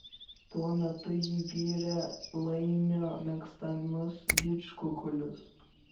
tuo metu ji virė laimio mėgstamus didžkukulius